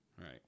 Right